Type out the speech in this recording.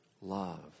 love